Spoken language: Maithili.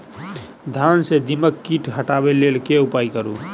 धान सँ दीमक कीट हटाबै लेल केँ उपाय करु?